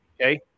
Okay